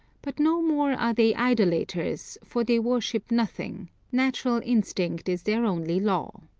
but no more are they idolaters, for they worship nothing natural instinct is their only law.